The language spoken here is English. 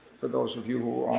for those of you who are